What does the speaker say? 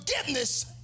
forgiveness